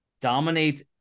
dominates